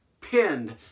pinned